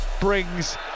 brings